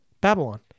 Babylon